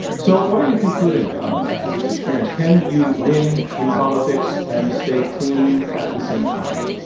so, what are you concluding after this experience? can you win in politics and stay clean at the same time?